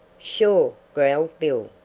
sure, growled bill.